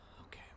Okay